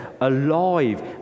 alive